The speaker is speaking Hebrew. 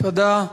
תודה.